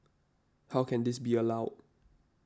how can this be allowed